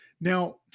Now